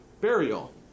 burial